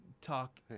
talk